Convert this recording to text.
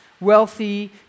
wealthy